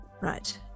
Right